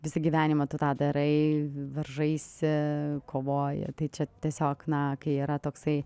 visą gyvenimą tu tą darai varžaisi kovoji tai čia tiesiog na kai yra toksai